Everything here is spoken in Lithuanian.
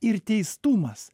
ir teistumas